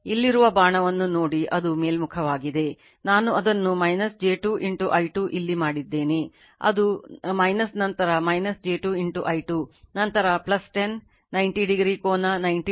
ಇಲ್ಲಿರುವ ಬಾಣವನ್ನು ನೋಡಿ ಅದು ಮೇಲ್ಮುಖವಾಗಿದೆ ನಾನು ಅದನ್ನು j 2 i 2 ಇಲ್ಲಿ ಮಾಡಿದ್ದೇನೆ ಅದು ನಂತರ j 2 i2 ನಂತರ 10 90 ಡಿಗ್ರಿ ಕೋನ 90 ಡಿಗ್ರಿ 10 ಕೋನ 0 ಡಿಗ್ರಿ